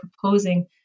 proposing